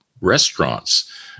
restaurants